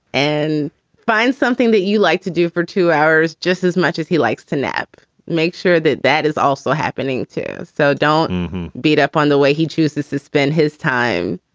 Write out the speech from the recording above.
and find something that you like to do for two hours, just as much as he likes to nap. make sure that that is also happening, too. so don't and beat up on the way he chooses to spend his time.